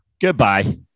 goodbye